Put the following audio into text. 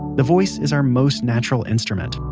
the voice is our most natural instrument,